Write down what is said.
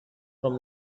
from